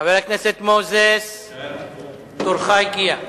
אליעזר מוזס, תורך הגיע.